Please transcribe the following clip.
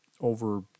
over